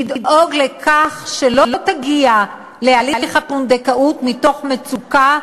לדאוג לכך שלא תגיע להליך הפונדקאות מתוך מצוקה,